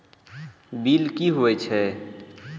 Bill की हौए छै?